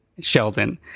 Sheldon